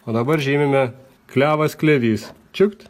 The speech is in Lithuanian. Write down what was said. o dabar žymime klevas klevys čiupt